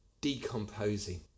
decomposing